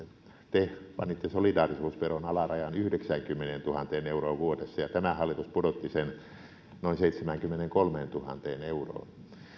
te panitte solidaarisuusveron alarajan yhdeksäänkymmeneentuhanteen euroon vuodessa tämä hallitus pudotti sen noin seitsemäänkymmeneenkolmeentuhanteen euroon